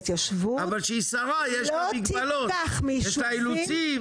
אבל כשהיא שרה יש לה מגבלות, יש לה אילוצים.